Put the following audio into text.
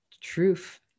Truth